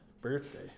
birthday